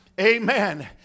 Amen